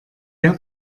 der